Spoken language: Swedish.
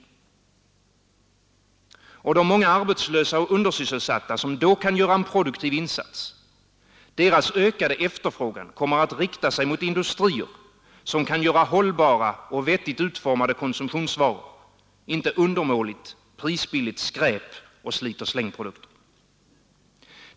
Det är då de många arbetslösa och undersysselsatta kan göra en produktiv insats. Deras ökade efterfrågan kommer att rikta sig emot industrier som kan göra hållbara och vettigt utformade konsumtionsvaror, inte undermåligt, pribilligt skräp och slitochsläng-produkter.